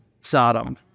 Sodom